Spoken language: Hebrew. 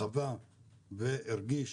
חווה והרגיש